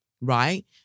right